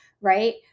right